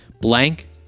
blank